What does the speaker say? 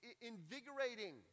invigorating